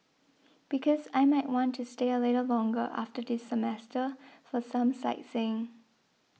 because I might want to stay a little longer after this semester for some sightseeing